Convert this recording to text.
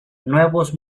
nuevos